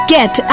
Get